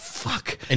Fuck